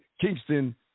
Kingston